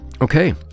Okay